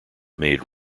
made